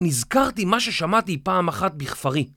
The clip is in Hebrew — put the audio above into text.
נזכרתי מה ששמעתי פעם אחת בכפרי